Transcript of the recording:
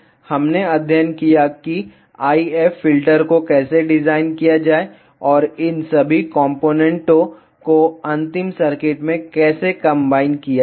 हमने अध्ययन किया कि IF फिल्टर को कैसे डिजाइन किया जाए और इन सभी कॉम्पोनेन्टों को अंतिम सर्किट में कैसे कंबाइन किया जाए